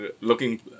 looking